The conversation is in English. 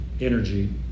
energy